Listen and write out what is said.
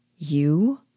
You